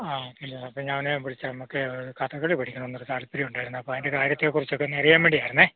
ആ ഹലോ ഇപ്പം ഞാൻ വിളിച്ചത് നമുക്ക് കഥകളി പഠിക്കണമെന്നൊരു താല്പര്യമുണ്ടായിരുന്നു അപ്പോൾ അതിൻ്റെ കാര്യത്തെകുറിച്ചൊക്കെ ഒന്നറിയാൻ വേണ്ടിയായിരുന്നു